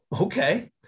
okay